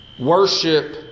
worship